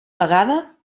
pagada